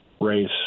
Race